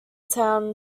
town